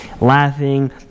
laughing